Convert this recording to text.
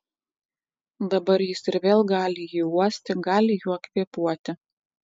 dabar jis ir vėl gali jį uosti gali juo kvėpuoti